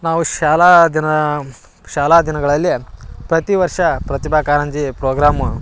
ನಾವು ಶಾಲಾ ದಿನ ಶಾಲಾ ದಿನಗಳಲ್ಲಿ ಪ್ರತಿ ವರ್ಷ ಪ್ರತಿಭಾ ಕಾರಂಜಿ ಪ್ರೋಗ್ರಾಮು